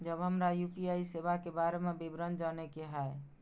जब हमरा यू.पी.आई सेवा के बारे में विवरण जाने के हाय?